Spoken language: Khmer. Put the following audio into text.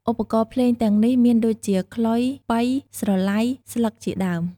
ឧបករណ៍ភ្លេងទាំងនេះមានដូចជា ខ្លុយ ប៉ី ស្រឡៃ ស្លឹកជាដើម។